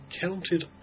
counted